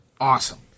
awesome